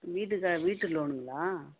வீட்டுக்கா வீட்டு லோனுங்களா